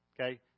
Okay